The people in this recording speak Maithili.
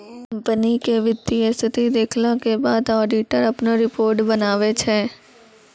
कंपनी के वित्तीय स्थिति देखला के बाद ऑडिटर अपनो रिपोर्ट बनाबै छै